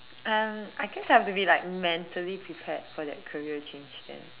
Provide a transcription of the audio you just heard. um I guess I have be like mentally prepared for that career change then